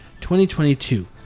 2022